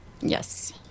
Yes